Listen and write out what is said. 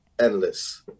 endless